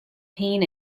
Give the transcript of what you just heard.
pain